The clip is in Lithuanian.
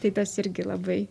tai tas irgi labai